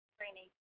training